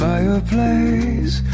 Fireplace